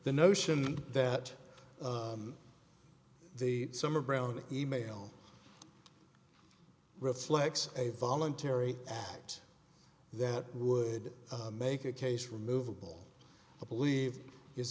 the notion that the summer brown e mail reflects a voluntary act that would make a case removable i believe is